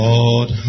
Lord